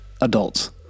adults